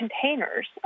containers